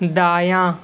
دایاں